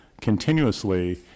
continuously